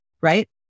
Right